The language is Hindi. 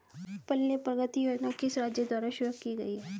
पल्ले प्रगति योजना किस राज्य द्वारा शुरू की गई है?